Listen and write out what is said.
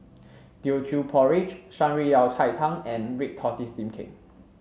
Teochew Porridge Shan Rui Yao Cai Tang and red tortoise steam cake